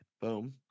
boom